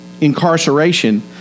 incarceration